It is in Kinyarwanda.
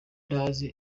ntazi